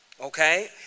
okay